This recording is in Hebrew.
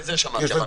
את זה שמעתי.